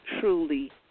truly